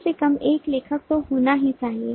कम से कम एक लेखक तो होना ही चाहिए